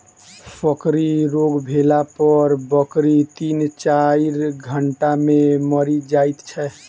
फड़की रोग भेला पर बकरी तीन चाइर घंटा मे मरि जाइत छै